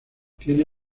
tiene